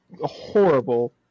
horrible